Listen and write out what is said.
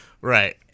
Right